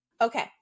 Okay